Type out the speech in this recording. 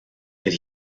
that